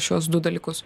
šiuos du dalykus